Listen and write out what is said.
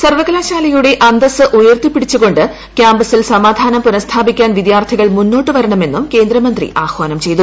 സർവകലാശാലയുടെ അന്തസ്സ് ഉയർത്തിപ്പിടിച്ചുകൊണ്ട് ക്യാമ്പസ്സിൽ സമാധാനം പുനഃസ്ഥാപിക്കാൻ വിദ്യാർത്ഥികൾ മുന്നോട്ടു വരണമെന്നും കേന്ദ്രമന്ത്രി ആഹാനം ചെയ്തു